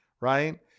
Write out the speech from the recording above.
Right